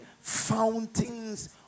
fountains